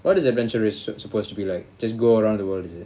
what is adventurous s~ supposed to be like just go around the world is it